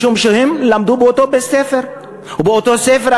משום שהם למדו באותו בית-ספר ומאותו ספר,